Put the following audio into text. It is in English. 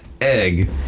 egg